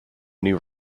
new